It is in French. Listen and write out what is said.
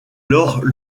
lors